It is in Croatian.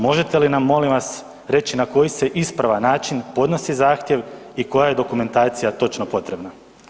Možete li nam, molim vas, reći na koji se ispravan način podnosi zahtjev i koja je dokumentacija točno potrebna?